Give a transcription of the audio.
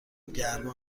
گرما